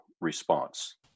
response